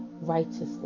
righteously